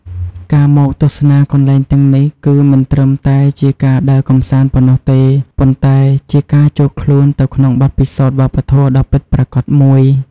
ការមកទស្សនាកន្លែងទាំងនេះ គឺមិនត្រឹមតែជាការដើរកម្សាន្តប៉ុណ្ណោះទេ ប៉ុន្តែជាការចូលខ្លួនទៅក្នុងបទពិសោធន៍វប្បធម៌ដ៏ពិតប្រាកដមួយ។